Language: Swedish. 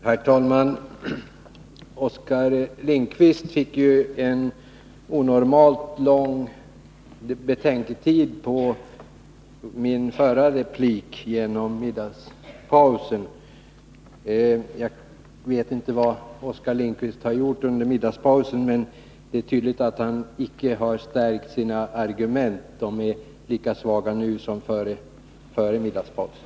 Herr talman! Oskar Lindkvist fick en onormalt lång betänketid för att svara på min replik före middagspausen. Jag vet inte vad Oskar Lindkvist har gjort under middagspausen, men det är tydligt att han icke har stärkt sina argument. De är lika svaga nu som före middagspausen.